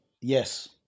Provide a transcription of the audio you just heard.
yes